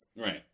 right